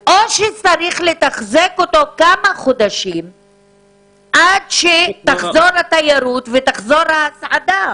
או שצריך לתחזק אותו כמה חודשים עד שתחזור התיירות ותחזור ההסעדה?